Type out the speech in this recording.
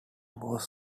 was